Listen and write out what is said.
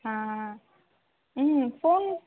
ஆ ஆ ம் ஃபோன்